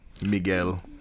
Miguel